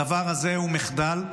הדבר הזה הוא מחדל,